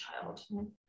child